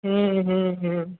हँ हँ हँ